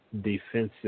defensive